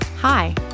Hi